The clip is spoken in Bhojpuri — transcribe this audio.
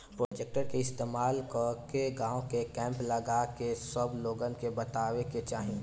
प्रोजेक्टर के इस्तेमाल कके गाँव में कैंप लगा के सब लोगन के बतावे के चाहीं